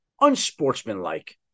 unsportsmanlike